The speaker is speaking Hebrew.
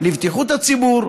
לבטיחות הציבור,